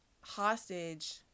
hostage